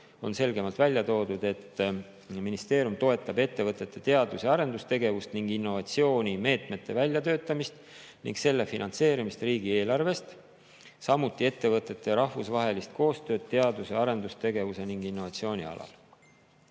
on selgemalt välja toodud, et ministeerium toetab ettevõtete teadus- ja arendustegevust ning innovatsioonimeetmete väljatöötamist ning selle finantseerimist riigieelarvest, samuti ettevõtete ja rahvusvahelist koostööd teadus- ja arendustegevuse ning innovatsiooni alal.